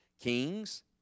Kings